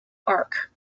arc